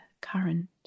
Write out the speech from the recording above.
Current